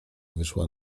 wyszła